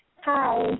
Hi